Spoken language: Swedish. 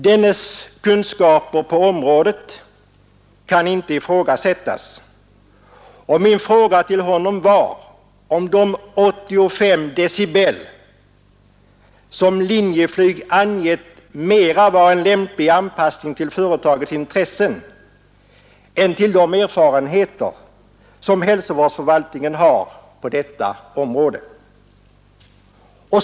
Dennes kunskaper på området kan inte ifrågasättas, och min fråga till honom var om de 85 decibel som Linjeflyg angett mera var en lämplig anpassning till företagets intressen än till de erfarenheter som hälsovårdsförvaltningen har på detta område.